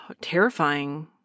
terrifying